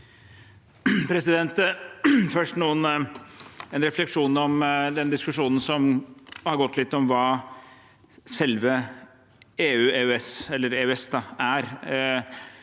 Jeg har først en refleksjon om den diskusjonen som har gått om hva selve EØS er.